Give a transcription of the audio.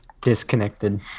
disconnected